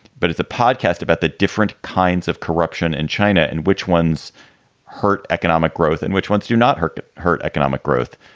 but it's a podcast about the different kinds of corruption in china and which ones hurt economic growth and which ones do not hurt hurt economic growth.